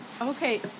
Okay